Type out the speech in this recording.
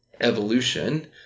evolution